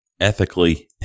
ethically